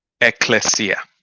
ecclesia